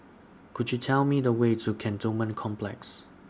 Could YOU Tell Me The Way to Cantonment Complex